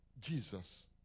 Jesus